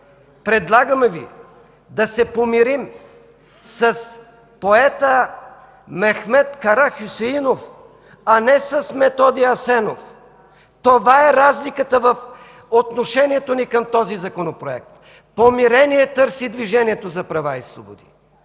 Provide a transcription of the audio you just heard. предлагаме да се помирим с поета Мехмед Карахюсеинов, а не с Методи Асенов. Това е разликата в отношението ни към този Законопроект. Помирение търси Движението за права и свободи.